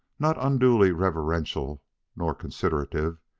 not unduly reverential nor considerative,